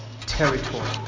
territory